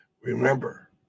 Remember